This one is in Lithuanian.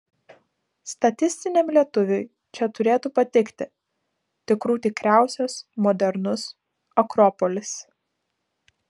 statistiniam lietuviui čia turėtų patikti tikrų tikriausias modernus akropolis